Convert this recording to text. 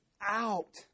out